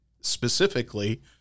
specifically